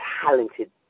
talented